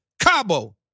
Cabo